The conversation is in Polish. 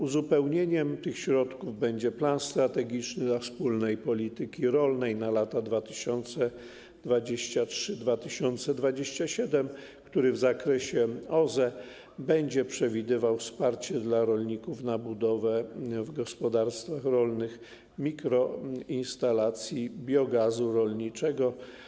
Uzupełnieniem tych środków będzie ˝Plan strategiczny dla Wspólnej Polityki Rolnej na lata 2023-2027˝, który w zakresie OZE będzie przewidywał wsparcie dla rolników na budowę w gospodarstwach rolnych mikroinstalacji biogazu rolniczego.